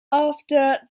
after